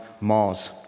Mars